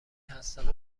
هستم